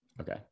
Okay